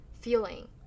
feeling